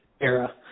era